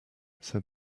said